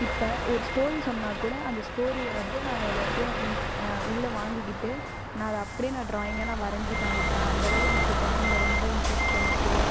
இப்போ ஒரு ஸ்டோரி சொன்னால் கூட அந்த ஸ்டோரியை வந்து நான் எல்லாத்தியும் இன்ஸ் உள்ள வாங்கிகிட்டு நான் அதை அப்டி நான் ட்ராயிங்கை நான் வரஞ்சு காமிப்பேன் அந்தளவு எனக்கு ட்ரையிங்கில் ரொம்ப இன்ட்ரஸ்ட் எனக்கு